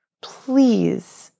please